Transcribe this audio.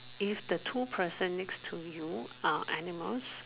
if the two person next to you are animals